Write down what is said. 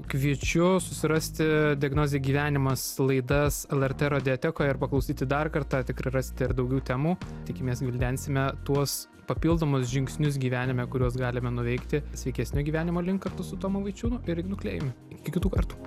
kviečiu susirasti diagnozė gyvenimas laidas lrt radiatekoje ir paklausyti dar kartą tikrai rasite ir daugiau temų tikimės gvildensime tuos papildomus žingsnius gyvenime kuriuos galime nuveikti sveikesnio gyvenimo link kartu su tomu vaičiūnu ir ignu klėjumi iki kitų kartų